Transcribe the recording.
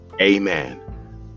Amen